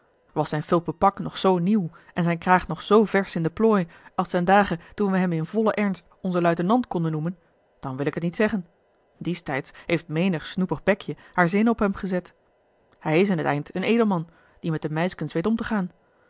was zijn fulpen pak nog zoo nieuw en zijn kraag nog zoo versch in de plooi als ten dage toen we hem in vollen ernst onzen luitenant konden noemen dan wil ik het niet zeggen diestijds heeft menig snoepig bekje haar zinnen op hem gezet hij is in t eind een edelman die met de meiskens weet om te gaan